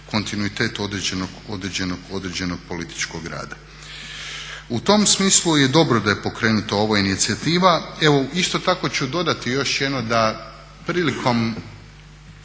kontinuitet određenog političkog rada. U tom smislu je dobro da je pokrenuta ova inicijativa. Evo, isto tako ću dodati još jednom da prilikom